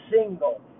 single